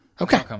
Okay